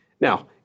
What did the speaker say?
Now